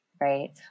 right